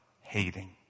hating